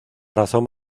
razón